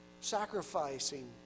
sacrificing